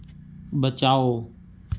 बचाओ